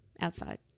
outside